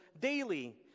Daily